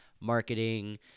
marketing